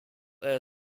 air